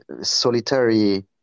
Solitary